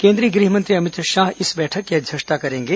केंद्रीय गृह मंत्री अमित शाह इस बैठक की अध्यक्षता करेंगे